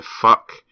fuck